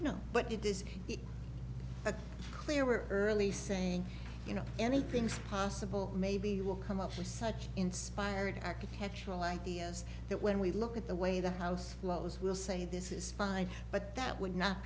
you know but it is clear we're early saying you know anything's possible maybe we'll come up with such inspired architectural ideas that when we look at the way the house blows we'll say this is fine but that would not